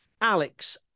Alex